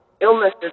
illnesses